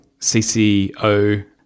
CCO